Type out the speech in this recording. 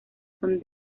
son